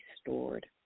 stored